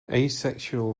asexual